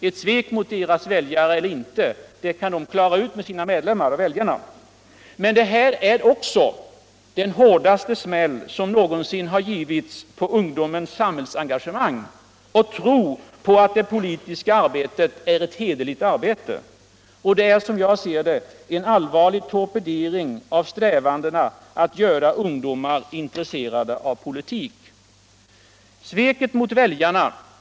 en såk som partiet får klara ut med sina väljare. Det är också den hårdaste smäll som någonsin givits mot-ungdomens samhällsengagemang och tro på det politiska arbetet. som ett: hederligt arbete. Det är — som jag ser det — en allvarlig torpedering av strävandena att göra ungdomar intresserade av politik. Sveket mot väljarna.